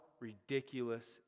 ridiculous